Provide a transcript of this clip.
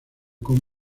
con